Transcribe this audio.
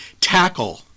tackle